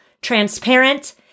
transparent